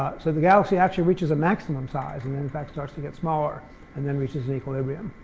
so the galaxy actually reaches a maximum size and then, in fact, starts to get smaller and then reaches equilibrium,